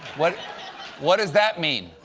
what what does that mean?